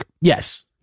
Yes